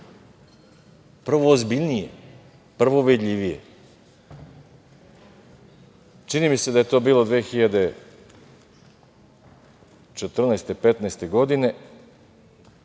prvo ozbiljnije, prvo vidljivije. Čini mi se da je to bilo 2014, 2015. godine